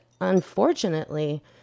unfortunately